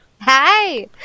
Hi